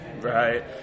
Right